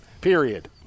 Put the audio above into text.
Period